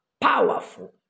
Powerful